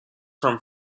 from